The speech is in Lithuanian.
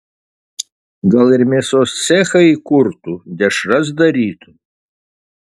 gal ir mėsos cechą įkurtų dešras darytų